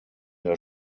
der